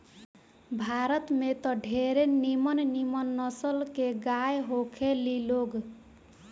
भारत में त ढेरे निमन निमन नसल के गाय होखे ली लोग